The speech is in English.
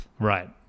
Right